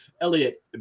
Elliot